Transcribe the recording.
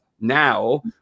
now